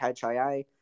HIA